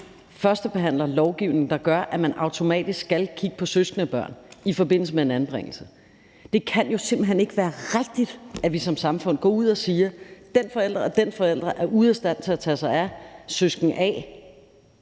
førstebehandler lovgivning, der gør, at man automatisk skal kigge på søskende i forbindelse med en anbringelse. Det kan jo simpelt hen ikke være rigtigt, at vi som samfund går ud og siger: Den forælder og den forælder er ude af stand til at tage sig af deres